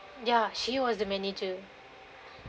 ya she was the manager